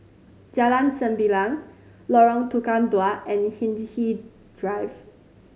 Jalan Sembilang Lorong Tukang Dua and Hindhede Drive